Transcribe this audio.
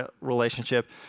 relationship